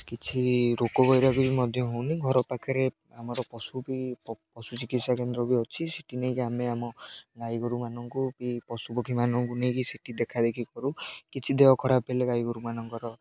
କିଛି ରୋଗ ବୈରାଗ ବି ମଧ୍ୟ ହଉନି ଘର ପାଖରେ ଆମର ପଶୁ ବି ପଶୁ ଚିକିତ୍ସା କେନ୍ଦ୍ର ବି ଅଛି ସେଠି ନେଇକି ଆମେ ଆମ ଗାଈ ଗୋରୁମାନଙ୍କୁ ବି ପଶୁପକ୍ଷୀମାନଙ୍କୁ ନେଇକି ସେଠି ଦେଖା ଦେଖି କରୁ କିଛି ଦେହ ଖରାପ ହେଲେ ଗାଈ ଗୋରୁମାନଙ୍କର